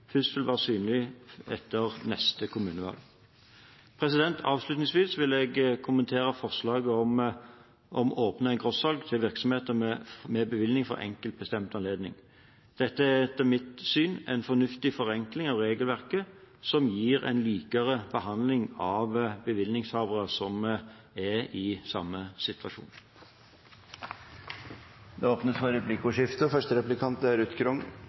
vil være synlig først etter neste kommunevalg. Avslutningsvis vil jeg kommentere forslaget om å åpne for engrossalg til virksomheter med bevilling for en enkelt, bestemt anledning. Dette er etter mitt syn en fornuftig forenkling av regelverket, som gir en likere behandling av bevillingshavere som er i samme situasjon. Det blir replikkordskifte. Jeg tror det er